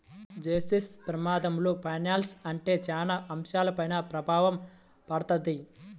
basis ప్రమాదంలో finance ఉంటే చాలా అంశాలపైన ప్రభావం పడతది